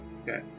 Okay